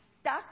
stuck